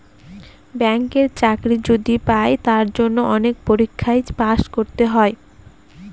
ব্যাঙ্কের চাকরি যদি পাই তার জন্য অনেক পরীক্ষায় পাস করতে হয়